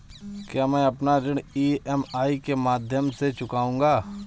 क्या मैं अपना ऋण ई.एम.आई के माध्यम से चुकाऊंगा?